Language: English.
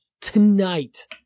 Tonight